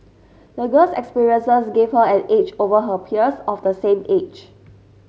the girl's experiences gave her an edge over her peers of the same age